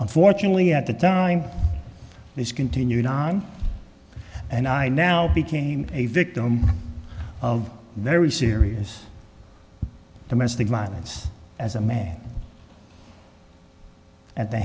unfortunately at the time this continued on and i now became a victim of very serious domestic violence as a man at the